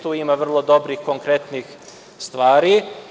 Tu ima vrlo dobrih konkretnih stvari.